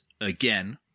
again